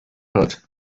hurt